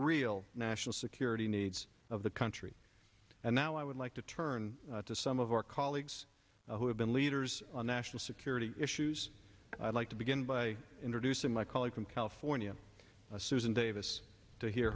real national security needs of the country and now i would like to turn to some of our colleagues who have been leaders on national security issues i'd like to begin by introducing my colleague from california susan davis to hear